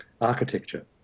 architecture